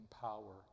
power